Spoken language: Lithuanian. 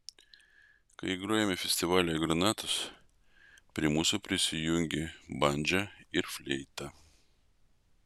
kai grojome festivalyje granatos prie mūsų prisijungė bandža ir fleita